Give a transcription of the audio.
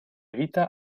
vita